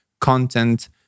content